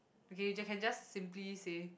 okay you can just simply say